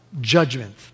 judgment